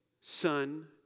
son